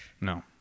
No